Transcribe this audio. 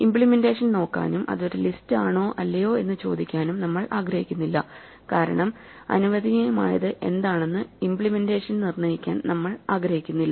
implementation നോക്കാനും അത് ഒരു ലിസ്റ്റ് ആണോ അല്ലയോ എന്ന് ചോദിക്കാനും നമ്മൾ ആഗ്രഹിക്കുന്നില്ല കാരണം അനുവദനീയമായത് എന്താണെന്നു ഇമ്പ്ലിമെന്റേഷൻ നിർണ്ണയിക്കാൻ നമ്മൾ ആഗ്രഹിക്കുന്നില്ല